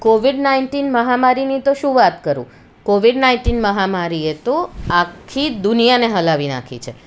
Covid nineteen મહામારીની તો શું વાત કરું કોવિડ નાઇન્ટીન મહામારીએ તો આખી દુનિયાને હલાવી નાખી છે